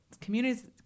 communities